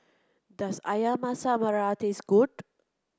does Ayam Masak Merah taste good